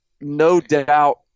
no-doubt